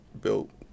built